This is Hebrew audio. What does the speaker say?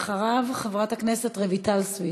ואחריו, חברת הכנסת רויטל סויד.